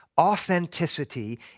Authenticity